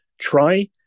try